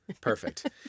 Perfect